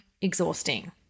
exhausting